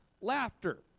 laughter